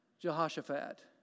Jehoshaphat